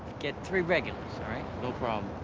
get three regulars, all right? no problem.